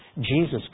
Jesus